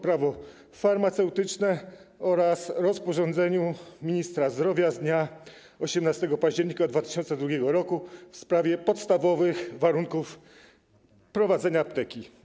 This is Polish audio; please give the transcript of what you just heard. Prawo farmaceutyczne oraz rozporządzeniu ministra zdrowia z dnia 18 października 2002 r. w sprawie podstawowych warunków prowadzenia apteki.